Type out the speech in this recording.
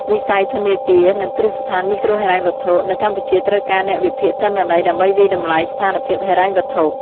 វិស័យធនាគារ និងគ្រឹះស្ថានមីក្រូហិរញ្ញវត្ថុនៅកម្ពុជាត្រូវការអ្នកវិភាគទិន្នន័យដើម្បីវាយតម្លៃស្ថានភាពហិរញ្ញវត្ថុ។